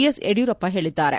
S Yediyurappa ಹೇಳಿದ್ದಾರೆ